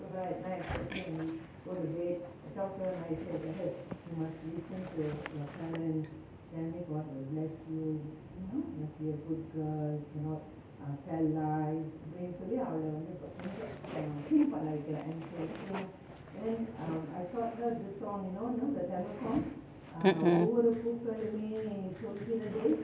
mm mm